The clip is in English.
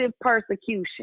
persecution